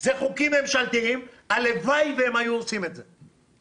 זה חוקים ממשלתיים, הלוואי שהם היו עושים את זה.